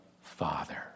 Father